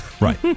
right